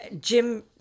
jim